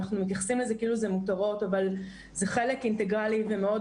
אנחנו מתייחסים לזה כאילו זה מותרות אבל זה חלק אינטגרלי ומאוד